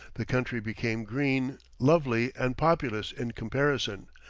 the country became green, lovely, and populous in comparison.